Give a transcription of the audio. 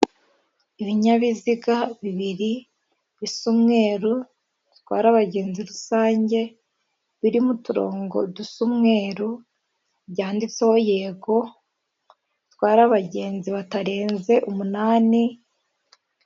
Ibinyabiziga bibiri bisa umweru, bitwara abagenzi rusange, birimo uturongo dusa umweru byanditseho yego, bitwara abagenzi batarenze umunani.